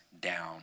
down